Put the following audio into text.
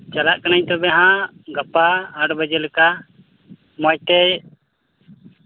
ᱪᱟᱞᱟᱜ ᱠᱟᱹᱱᱟᱹᱧ ᱦᱟᱸᱜ ᱜᱟᱯᱟ ᱟᱴ ᱵᱟᱡᱮ ᱞᱮᱠᱟ ᱢᱚᱡᱽᱛᱮ